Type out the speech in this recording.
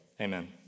Amen